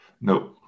No